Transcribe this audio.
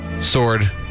sword